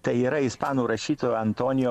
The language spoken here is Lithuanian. tai yra ispanų rašytojo antonijo